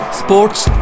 sports